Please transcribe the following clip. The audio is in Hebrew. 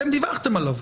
אתם דיווחתם עליו.